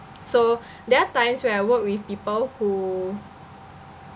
so there are times where I work with people who